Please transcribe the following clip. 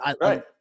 Right